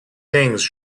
things